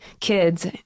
kids